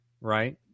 right